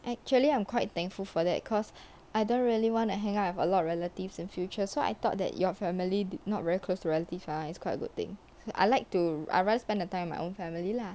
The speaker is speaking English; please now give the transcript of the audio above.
actually I'm quite thankful for that cause I don't really wanna hang out with a lot of relatives in future so I thought that your family not very close to relative ah it's quite a good thing I like to I rather spend the time with my own family lah